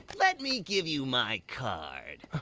let me give you my card.